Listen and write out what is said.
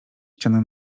ściany